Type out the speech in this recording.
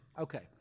Okay